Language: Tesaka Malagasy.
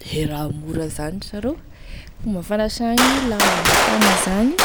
De raha mora zany sa rô, fomba fanasagny lamba tagna zany